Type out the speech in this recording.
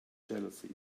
jealousy